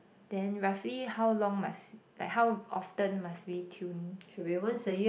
then roughly how long must like how often must we tune the pian~